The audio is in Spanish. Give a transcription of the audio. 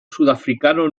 sudafricano